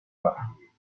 marquées